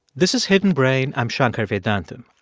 this is hidden brain. i'm shankar vedantam.